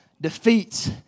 defeats